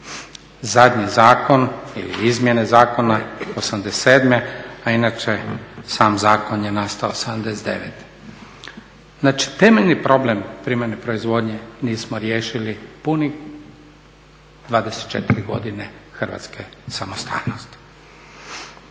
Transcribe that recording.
zadnji zakon ili izmjene zakona '87., a inače sam zakon je nastao '79. Znači temeljni problem primarne proizvodnje nismo riješili punih 24 godine hrvatske samostalnosti.